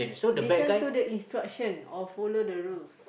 listen to the instruction or follow the rules